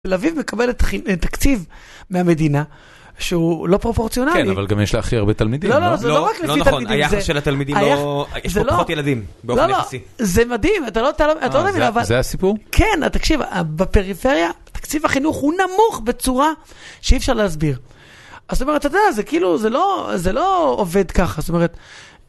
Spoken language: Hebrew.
לביב מקבל תקציב מהמדינה שהוא לא פרופורציונלי. כן, אבל גם יש להלא? לא, לא, זה לא רק לפי תלמידים. לא ל התלמידים, יש פה פחות ילדים באופן נפצי. זה מדהים, אתה לא תלמיד, אתה לא תלמיד, אבל... זה הסיפור? כן, תקשיב, בפריפריה תקציב החינוך הוא נמוך בצורה שאי אפשר להסביר. זאת אומרת, אתה יודע, זה כאילו, זה לא עובד ככה, זאת אומרת...